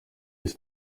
isi